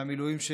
מהמילואים,